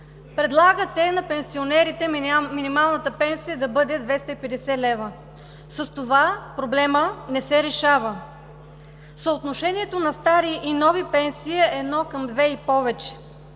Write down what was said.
предлагате на пенсионерите минималната пенсия да бъде 250 лв. С това проблемът не се решава. Съотношението на стари и нови пенсии е едно към две и повече.